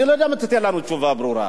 אני לא יודע אם תיתן לנו תשובה ברורה.